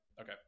okay